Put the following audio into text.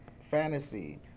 fantasy